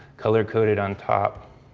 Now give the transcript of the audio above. color coded on top.